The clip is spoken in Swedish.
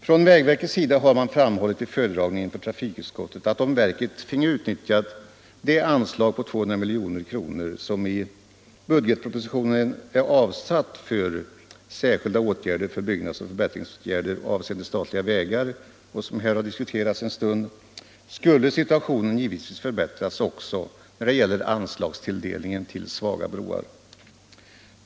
Från vägverkets sida har man vid föredragning inför trafikutskottet framhållit att om verket finge utnyttja det anslag på 200 milj.kr. i budgetpropositionen, som är avsatt under rubriken ” Särskilda byggnadsoch förbättringsåtgärder avseende statliga vägar” och som här har diskuterats en stund, skulle situationen givetvis förbättras också när det gäller anslagstilldelningen till svaga broar.